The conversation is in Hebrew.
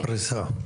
מה הפריסה?